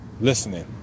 listening